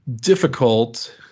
difficult